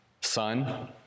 son